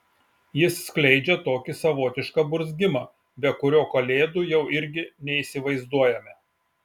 jis skleidžia tokį savotišką burzgimą be kurio kalėdų jau irgi neįsivaizduojame